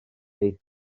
eich